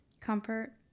Comfort